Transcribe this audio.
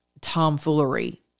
tomfoolery